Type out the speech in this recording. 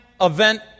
event